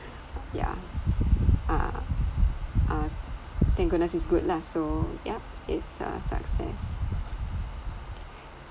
yeah uh uh thank goodness it's good lah so yeah it's a success